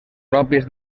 pròpies